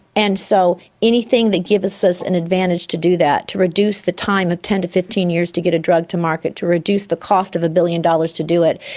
and so anything that gives us us an advantage to do that, to reduce the time of ten to fifteen years to get a drug to market, to reduce the cost of one billion dollars to do it,